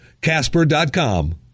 Casper.com